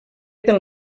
del